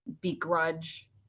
begrudge